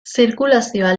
zirkulazioa